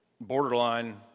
borderline